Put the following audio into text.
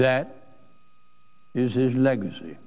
that is his legacy